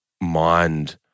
mind